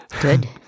Good